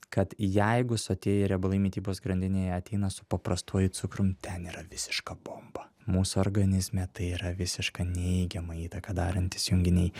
kad jeigu sotieji riebalai mitybos grandinėje ateina su paprastuoju cukrum ten yra visiška bomba mūsų organizme tai yra visišką neigiamą įtaką darantys junginiai